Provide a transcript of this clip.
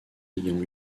ayant